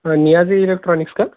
हां नियाजी इलेक्ट्रॉनिक्स का